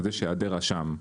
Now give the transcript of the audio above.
אז יש העדר אשם.